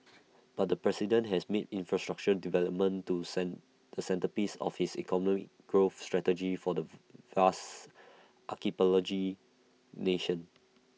but the president has made infrastructure development to the centrepiece of his economic growth strategy for the vast archipelago nation